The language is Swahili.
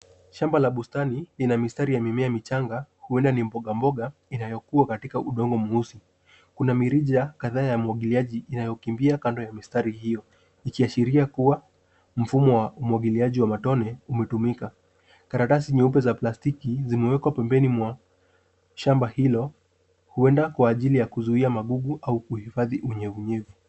Shamba la bustani lina mistari ya mimea michanga huenda ni mboga mboga inayokua katika udongo mweusi. Kuna mirija kadhaa ya umwagiliaji inayokimbia kando ya mistari hiyo, ikiashiria kuwa mfumo wa umwagiliaji wa matone umetumika. Karatasi nyeupe za plastiki zimewekwa pembeni mwa shamba hilo, huenda kwa ajili ya kuzuia magugu au kuhifadhi unyevunyevu.